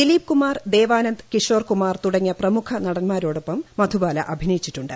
ദിലീപ് കുമാർ ദേവാനന്ദ് കിഷോർകുമാർ തുടങ്ങിയ പ്രമുഖ നടൻമാരോടൊപ്പം മധുബാല അഭിനയിച്ചിട്ടുണ്ട്